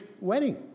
wedding